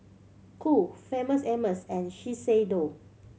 Qoo Famous Amos and Shiseido